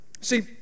See